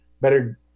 better